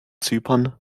zypern